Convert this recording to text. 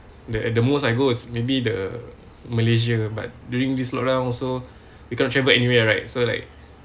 the at the most I go is maybe the malaysia but during this lockdown so we can't travel anywhere right so like